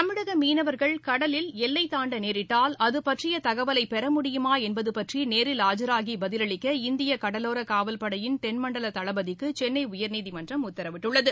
தமிழக மீனவர்கள் கடலில் எல்லை தாண்ட நேரிட்டால் அது பற்றிய தகவலை பெற முடியுமா என்பது பற்றி நேரில் ஆஜராகி பதிலளிக்க இந்திய கடலோர காவல்படையின் தென்மண்டல தளபதிக்கு சென்னை உயர்நீதிமன்றம் உத்தரவிட்டுள்ளது